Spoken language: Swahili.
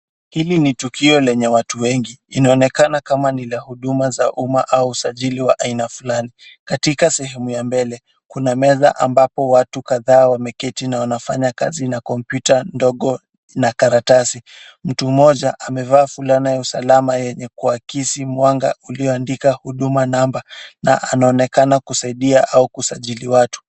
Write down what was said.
Hili ni tukio lenye watu wengi, inaonekana kama ni la huduma za umma au usajili wa aina fulani, katika sehemu ya mbele, kuna meza ambapo watu kadhaa wameketi na wanafanya kazi na kompyuta, ndogo, na karatasi. Mtu mmoja amevaa fulana ya usalama yenye kwakisi mwanga ulio andika huduma namba na anaonekana kusaidia au kusajili watu.